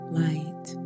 light